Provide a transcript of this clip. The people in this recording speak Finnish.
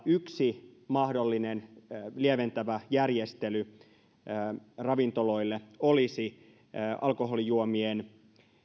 yksi mahdollinen lieventävä järjestely ravintoloille olisi alkoholijuomien